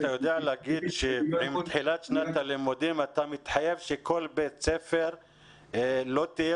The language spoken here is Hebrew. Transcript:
אתה יודע להגיד שבתחילת שנת הלימודים אתה מתחייב שלכל בית ספר לא תהיה